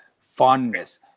fondness